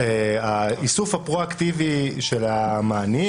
האיסוף הפרואקטיבי של המענים,